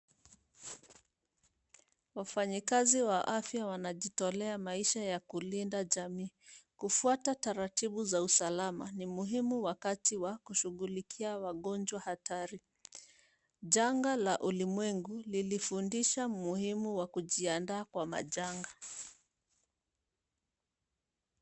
Wafanyakazi wa afya wanajitolea maisha ya kulinda jamii. Kufuata taratibu za usalama ni muhimu wakati wa kushughulikia wagonjwa hatari. Janga mwengu lilifundisha muhimu wa kujiandaa kwa majanga.